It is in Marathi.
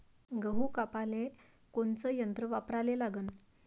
गहू कापाले कोनचं यंत्र वापराले लागन?